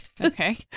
Okay